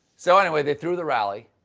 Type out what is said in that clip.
so anyway they threw the rally.